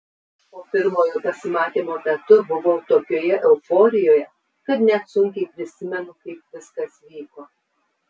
o pirmojo pasimatymo metu buvau tokioje euforijoje kad net sunkiai prisimenu kaip viskas vyko